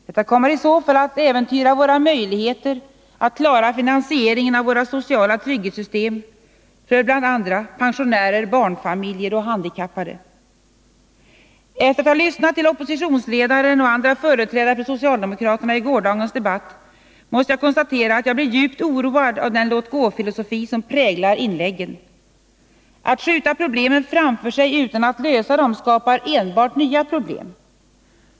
Detta kommer i så fall att äventyra våra möjligheter att klara finansieringen av våra sociala trygghetssystem för bl.a. pensionärer, barnfamiljer och handikappade. Efter att ha lyssnat till oppositionsledaren och andra företrädare för socialdemokraterna i gårdagens debatt måste jag konstatera att jag blir djupt oroad av den låt-gå-filosofi som präglar inläggen. Att skjuta problemen framför sig utan att lösa dem skapar enbart nya problem.